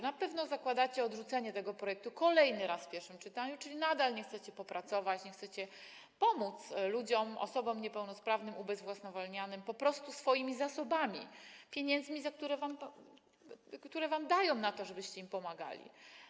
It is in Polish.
Na pewno zakładacie odrzucenie tego projektu kolejny raz w pierwszym czytaniu, czyli nadal nie chcecie popracować, nie chcecie pomóc ludziom, osobom niepełnosprawnym ubezwłasnowolnianym po prostu swoimi zasobami, pieniędzmi, które wam dają na to, żebyście im pomagali.